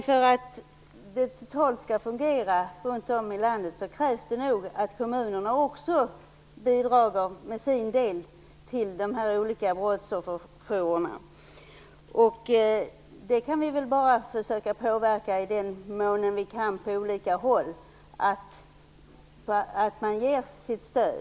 För att verksamheterna skall fungera runt om i landet krävs nog att också kommunerna bidrar med sin del till de olika brottsofferjourerna. I den mån vi kan får vi på olika håll försöka påverka kommunerna att framöver ge sitt stöd.